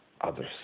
others